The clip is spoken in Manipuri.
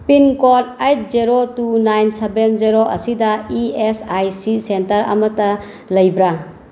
pin code eight zero two nine seven zero ꯑꯁꯤꯗ E S I C centre ꯑꯃꯇ ꯂꯩꯕ꯭ꯔꯥ